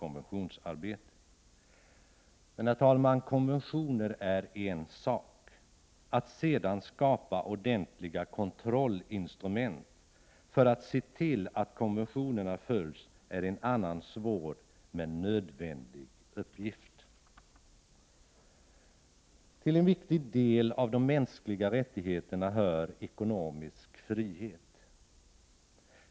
Men konventioner är en sak — att sedan skapa ordentliga kontrollinstrument för att se till att konventionerna följs är en annan, svår men nödvändig uppgift. En viktig del av de mänskliga rättigheterna är ekonomisk frihet.